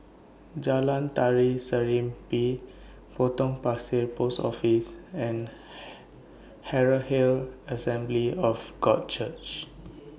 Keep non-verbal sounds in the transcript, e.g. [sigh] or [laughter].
Jalan Tari Serimpi Potong Pasir Post Office and [hesitation] Herald Assembly of God Church